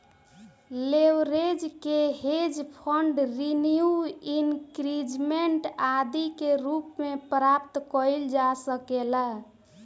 leverage के hedge fund renew increment आदि के रूप में प्राप्त कईल जा सकेला